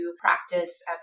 practice